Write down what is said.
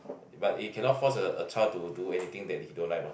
but you cannot force a a child to do anything that he don't like mah